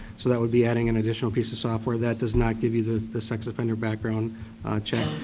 so that would be adding an additional piece of software. that does not give you the the sex offender background check.